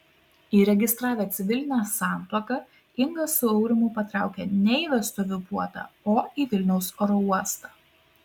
įregistravę civilinę santuoką inga su aurimu patraukė ne į vestuvių puotą o į vilniaus oro uostą